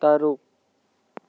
ꯇꯔꯨꯛ